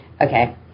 okay